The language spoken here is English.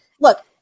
look